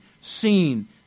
seen